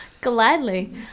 Gladly